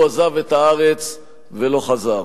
אך הוא עזב את הארץ ולא חזר.